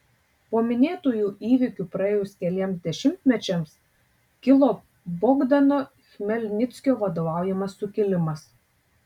po minėtųjų įvykių praėjus keliems dešimtmečiams kilo bogdano chmelnickio vadovaujamas sukilimas